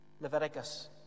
Leviticus